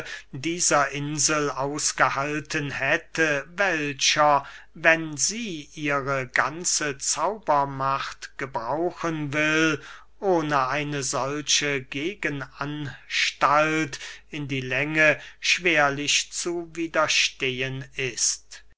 dieser insel ausgehalten hätte welcher wenn sie ihre ganze zaubermacht gebrauchen will ohne eine solche gegenanstalt in die länge schwerlich zu widerstehen ist